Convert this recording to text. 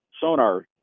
sonar